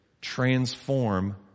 transform